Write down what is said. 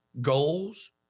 goals